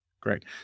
Great